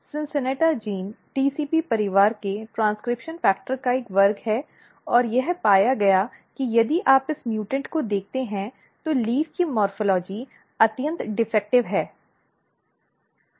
CINCINNATA जीन TCP परिवार के ट्रेन्स्क्रिप्शन फ़ैक्टर का एक वर्ग है और यह पाया गया कि यदि आप इस म्यूटेंट को देखते हैं तो पत्ती की मॉर्फ़ॉलजी अत्यंत दोषपूर्ण है